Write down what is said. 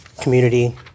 community